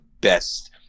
best